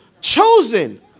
chosen